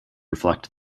reflect